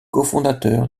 cofondateur